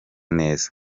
neza